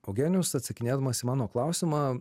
eugenijus atsakinėdamas į mano klausimą